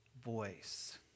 voice